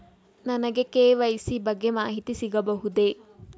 ನನಗೆ ಕೆ.ವೈ.ಸಿ ಬಗ್ಗೆ ಮಾಹಿತಿ ಸಿಗಬಹುದೇ?